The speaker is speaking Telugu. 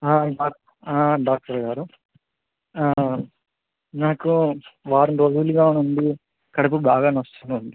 డాక్టర్ డాక్టర్ గారు నాకు వారం రోజులుగా నుండి కడుపు బాగా నొస్తున్నది